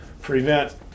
prevent